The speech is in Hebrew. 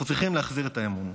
אנחנו צריכים להחזיר את האמון,